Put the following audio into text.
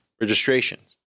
registrations